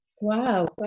Wow